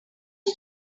did